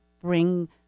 bring